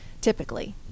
typically